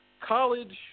college